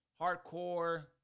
hardcore